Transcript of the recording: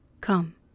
Come